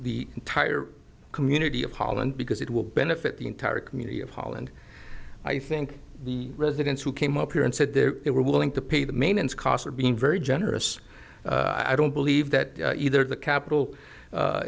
the entire community of holland because it will benefit the entire community of holland i think the residents who came up here and said there they were willing to pay the maintenance costs are being very generous i don't believe that either the capital